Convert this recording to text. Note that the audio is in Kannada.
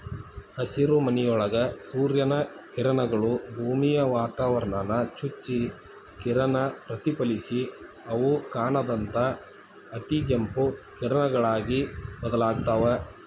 ಹಸಿರುಮನಿಯೊಳಗ ಸೂರ್ಯನ ಕಿರಣಗಳು, ಭೂಮಿಯ ವಾತಾವರಣಾನ ಚುಚ್ಚಿ ಕಿರಣ ಪ್ರತಿಫಲಿಸಿ ಅವು ಕಾಣದಂತ ಅತಿಗೆಂಪು ಕಿರಣಗಳಾಗಿ ಬದಲಾಗ್ತಾವ